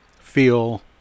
feel